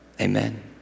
Amen